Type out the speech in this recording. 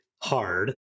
hard